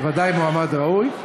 ודאי מועמד ראוי.